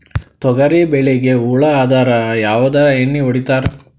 ತೊಗರಿಬೇಳಿಗಿ ಹುಳ ಆದರ ಯಾವದ ಎಣ್ಣಿ ಹೊಡಿತ್ತಾರ?